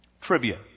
Trivia